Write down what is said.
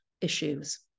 issues